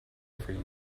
every